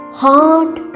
heart